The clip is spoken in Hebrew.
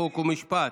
חוק ומשפט.